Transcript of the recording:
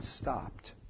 stopped